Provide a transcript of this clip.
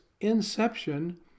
inception